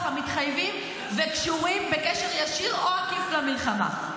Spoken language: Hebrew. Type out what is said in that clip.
המתחייבים וקשורים בקשר ישיר או עקיף למלחמה.